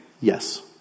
Yes